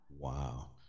Wow